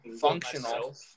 functional